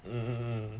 !huh!